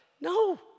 no